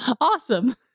Awesome